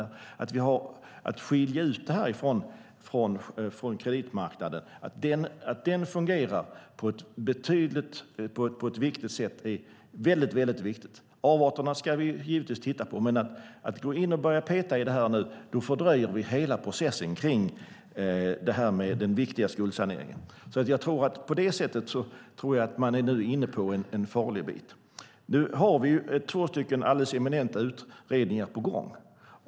Man måste skilja ut det här från kreditmarknaden, och att den fungerar på ett riktigt sätt är väldigt viktigt. Avarterna ska vi givetvis titta på. Men om vi nu går in och börjar peta i det här fördröjer vi hela processen med den viktiga skuldsaneringen. Jag tror att man är inne på en farlig väg. Nu har vi två eminenta utredningar på gång.